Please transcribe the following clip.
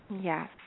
Yes